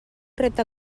repte